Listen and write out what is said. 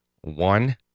One